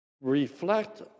Reflect